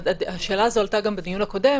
השאלה הזו עלתה גם בדיון הקודם,